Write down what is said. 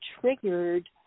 triggered